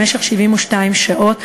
למשך 72 שעות,